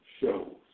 shows